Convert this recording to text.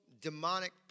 demonic